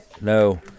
No